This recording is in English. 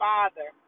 Father